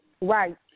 right